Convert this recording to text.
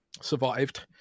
survived